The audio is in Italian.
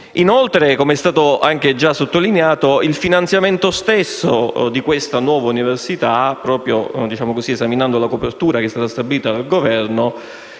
Inoltre, come è stato già sottolineato, il finanziamento stesso di questa nuova università, esaminando la copertura stabilita dal Governo,